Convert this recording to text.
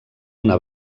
una